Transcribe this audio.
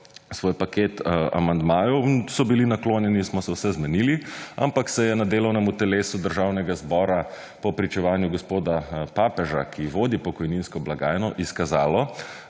svoj paket amandmajev in so bili naklonjeni, smo se vse zmenili, ampak se je na delovnem telesu Državnega zbora po pričevanju gospoda Papeža, ki vodi pokojninsko blagajno izkazalo,